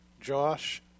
Josh